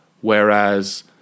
whereas